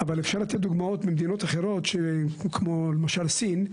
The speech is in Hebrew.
אבל אפשר לתת דוגמאות ממדינות אחרות, למשל סין,